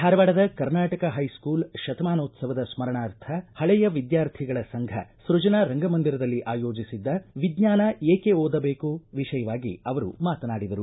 ಧಾರವಾಡದ ಕರ್ನಾಟಕ ಹೈಸ್ಕೂಲ್ ಶತಮಾನೋತ್ಸವದ ಸ್ಮರಣಾರ್ಥ ಹಳೆಯ ವಿದ್ಯಾರ್ಥಿಗಳ ಸಂಘ ಸ್ಕಜನಾ ರಂಗ ಮಂದಿರದಲ್ಲಿ ಆಯೋಜಸಿದ್ದ ವಿಜ್ಞಾನ ಏಕೆ ಓದಬೇಕು ವಿಷಯವಾಗಿ ಅವರು ಮಾತನಾಡಿದರು